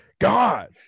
God